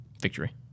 Victory